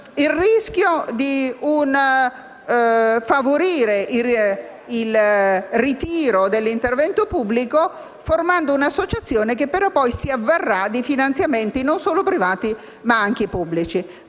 il rischio di favorire il ritiro dell'intervento pubblico, formando un'associazione che poi però si avvarrà di finanziamenti non solo privati, ma anche pubblici.